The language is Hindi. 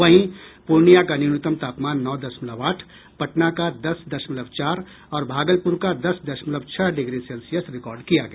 वहीं पूर्णियां का न्यूनतम तापमान नौ दशमलव आठ पटना का दस दशमलव चार और भागलपुर का दस दशमलव छह डिग्री सेल्सियस रिकॉर्ड किया गया